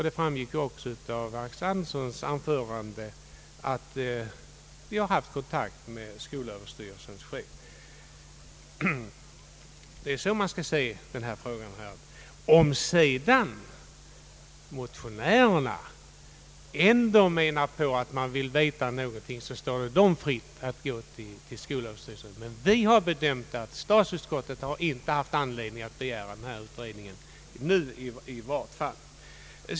Det framgick också av herr Axel Anderssons anförande att vi har haft kontakt med skolöverstyrelsens chef. Det är så man skall se denna fråga. Om sedan motionärerna ändå vill veta någonting står det dem fritt att gå till skolöverstyrelsen. Men vi har ansett att statsutskottet inte haft anledning att begära denna utredning, i varje fall inte nu.